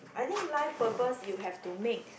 I think life purpose you have to make